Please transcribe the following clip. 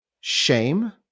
shame